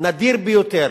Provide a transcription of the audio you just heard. נדיר ביותר.